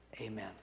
amen